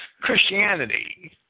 Christianity